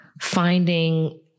finding